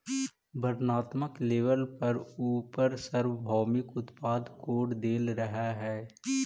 वर्णात्मक लेबल पर उपर सार्वभौमिक उत्पाद कोड देल रहअ हई